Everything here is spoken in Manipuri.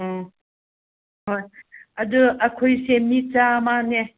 ꯑꯥ ꯍꯣꯏ ꯑꯗꯨ ꯑꯩꯈꯣꯏꯁꯦ ꯃꯤ ꯆꯥꯃꯅꯦ